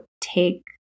take